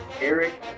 Eric